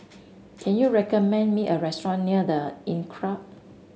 can you recommend me a restaurant near The Inncrowd